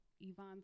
Yvonne